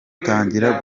rutangira